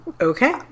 Okay